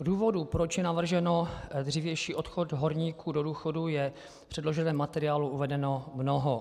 Důvodů, proč je navržen dřívější odchod horníků do důchodu, je v předloženém materiálu uvedeno mnoho.